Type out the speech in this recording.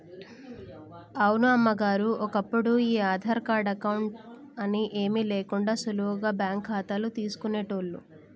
అవును అమ్మగారు ఒప్పుడు ఈ ఆధార్ కార్డు అకౌంట్ అని ఏమీ లేకుండా సులువుగా బ్యాంకు ఖాతాలు తీసుకునేటోళ్లు